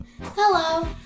Hello